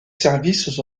services